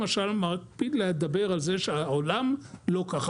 האוצר, למשל, מקפיד לדבר על זה שהעולם לא ככה.